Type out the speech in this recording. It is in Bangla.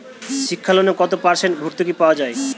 শিক্ষা লোনে কত পার্সেন্ট ভূর্তুকি পাওয়া য়ায়?